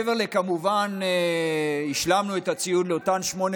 כמובן השלמנו את הציוד לאותן שמונה